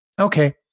okay